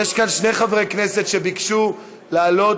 יש כאן שני חברי כנסת שביקשו לעלות